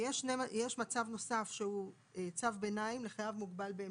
ויש מצב נוסף שהוא צו ביניים לחייב מוגבל באמצעים,